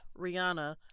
Rihanna